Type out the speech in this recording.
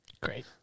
Great